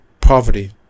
poverty